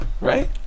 right